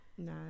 No